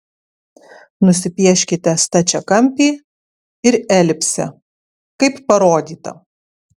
nusipieškite stačiakampį ir elipsę kaip parodyta